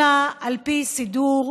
אלא על פי סידור,